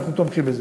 אנחנו תומכים בזה.